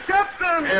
Captain